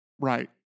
Right